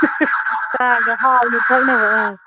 ꯆꯥꯒ ꯍꯥꯎꯅ ꯊꯝꯅꯕ ꯑ